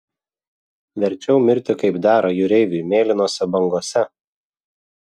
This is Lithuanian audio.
verčiau mirti kaip dera jūreiviui mėlynose bangose